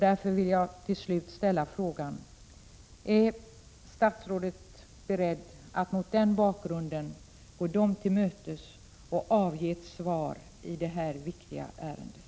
Därför vill jag ställa frågan: Är statsrådet beredd att mot den bakgrunden gå dessa människor till mötes och avge ett svar i det här viktiga ärendet?